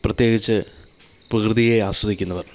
പ്രത്യേകിച്ച് പ്രകൃതിയെ ആസ്വദിക്കുന്നവർ